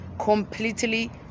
completely